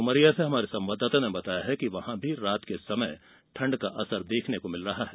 उमरिया से हमारे संवाददाता ने बताया है कि जिले में भी रात के समय ठंड का असर देखने को मिल रहा है